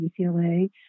UCLA